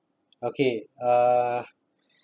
okay uh